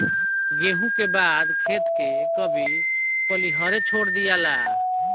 गेंहू के बाद खेत के कभी पलिहरे छोड़ दियाला